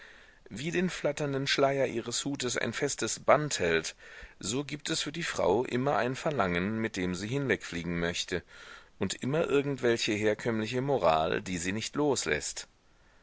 wie den flatternden schleier ihres hutes ein festes band hält so gibt es für die frau immer ein verlangen mit dem sie hinwegfliegen möchte und immer irgendwelche herkömmliche moral die sie nicht losläßt